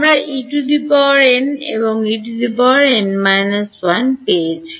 আমার En এবং En 1রয়েছে